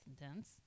intense